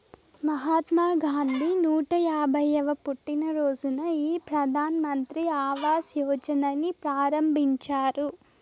మహాత్మా గాంధీ నూట యాభైయ్యవ పుట్టినరోజున ఈ ప్రధాన్ మంత్రి ఆవాస్ యోజనని ప్రారంభించారు